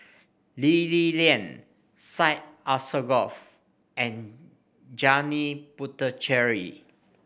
Lee Li Lian Syed Alsagoff and Janil Puthucheary